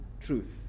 truth